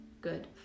Good